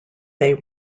they